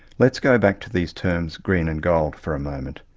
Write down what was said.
let's go back to these terms green and gold for a moment.